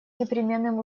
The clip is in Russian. непременным